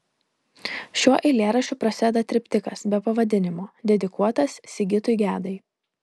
šiuo eilėraščiu prasideda triptikas be pavadinimo dedikuotas sigitui gedai